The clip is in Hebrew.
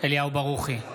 אליהו ברוכי,